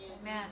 Amen